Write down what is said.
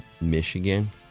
Michigan